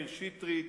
מאיר שטרית,